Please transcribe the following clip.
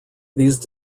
these